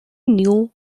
knew